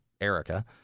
Erica